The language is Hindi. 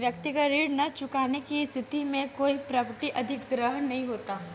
व्यक्तिगत ऋण न चुकाने की स्थिति में कोई प्रॉपर्टी अधिग्रहण नहीं होता